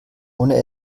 ohne